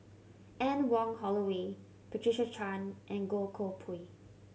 Anne Wong Holloway Patricia Chan and Goh Koh Pui